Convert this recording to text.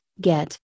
get